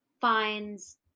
finds